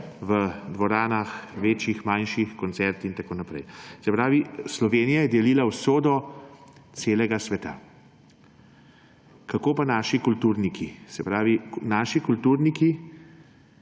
v dvoranah večjih, manjših, koncerti in tako naprej. Se pravi, Slovenija je delila usodo celega sveta. Kako pa naši kulturniki? Se pravi, naši kulturniki